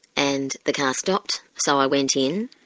and the car stopped, so i went in,